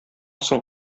соң